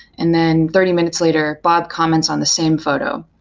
and then thirty minutes later, bob comments on the same photo.